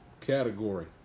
category